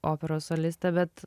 operos soliste bet